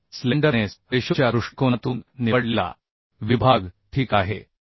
तर स्लेंडरनेस रेशोच्या दृष्टिकोनातून निवडलेला विभाग ठीक आहे